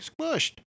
squished